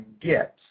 get